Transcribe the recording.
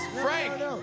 Frank